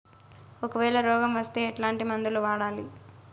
ఒకవేల రోగం వస్తే ఎట్లాంటి మందులు వాడాలి?